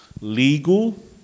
legal